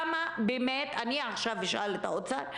אני רוצה לשאול עכשיו את האוצר,